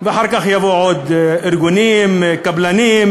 אחר כך יבואו עוד ארגונים, קבלנים,